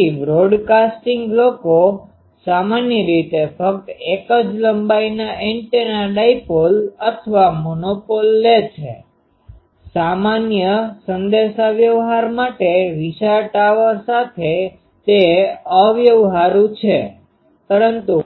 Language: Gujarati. તેથી બ્રોડકાસ્ટિંગ લોકો સામાન્ય રીતે ફક્ત એક જ લંબાઈના એન્ટેના ડાયપોલ અથવા મોનોપોલ લે છે સામાન્ય સંદેશાવ્યવહાર માટે વિશાળ ટાવર સાથે તે અવ્યવહારુ છે પરંતુ